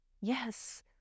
Yes